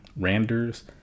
Randers